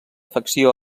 facció